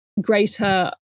greater